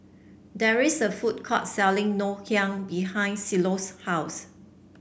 there is a food court selling Ngoh Hiang behind Cielo's house